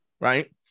right